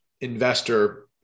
investor